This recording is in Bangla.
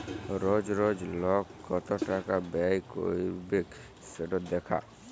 রজ রজ লক কত টাকা ব্যয় ক্যইরবেক সেট দ্যাখা